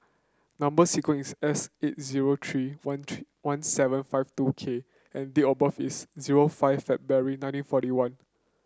number sequence is S eight zero three one three one seven five two K and date of birth is zero five February nineteen forty one